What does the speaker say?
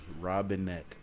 Robinette